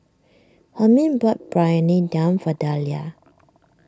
Hermine bought Briyani Dum for Dalia